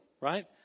right